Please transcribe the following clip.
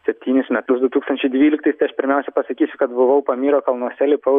septynis metus du tūkstančiai dvyliktais tai aš pirmiausia pasakysiu kad buvau pamyro kalnuose lipau